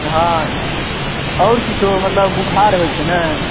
हॅं और किछो मतलब बुखार होइ छै ने